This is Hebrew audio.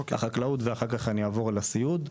אתחיל בחקלאות ואז אעבור לסיעוד.